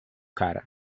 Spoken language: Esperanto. kara